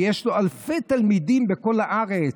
שיש לו אלפי תלמידים בכל הארץ,